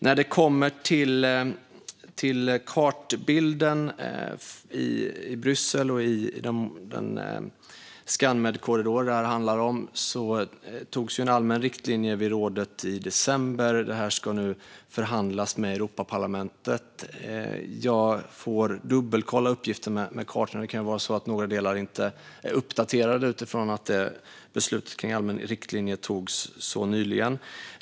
Vad gäller kartbilden i Bryssel vad gäller Skand-Med-korridoren, som det här handlar om, antogs en allmän riktlinje i rådet i december. Man ska nu förhandla om detta med Europaparlamentet. Jag får dubbelkolla uppgifterna om kartorna. Kanske är några delar inte uppdaterade med tanke på att beslutet om allmän riktlinje togs nyligen.